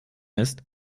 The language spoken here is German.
ist